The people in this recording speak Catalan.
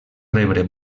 rebre